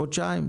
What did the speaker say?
חודשיים?